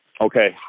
Okay